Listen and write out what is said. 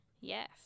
Yes